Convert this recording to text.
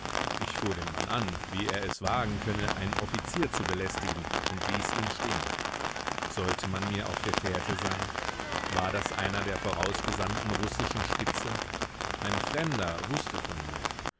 ich fuhr den mann an wie er es wagen könne einen offizier zu belästigen und ließ ihn stehen sollte man mir auf der fährte sein war das einer der vorausgesandten russischen spitzel ein fremder wußte von mir